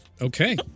Okay